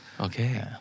Okay